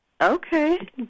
Okay